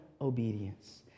obedience